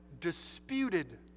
disputed